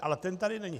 Ale ten tady není.